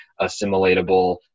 assimilatable